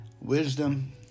wisdom